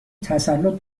تسلط